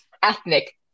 Ethnic